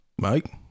Mike